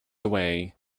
away